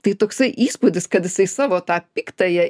tai toksai įspūdis kad jisai savo tą piktąją